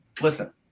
listen